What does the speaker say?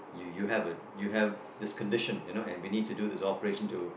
you you have a you have this condition you know and we need to do this operation to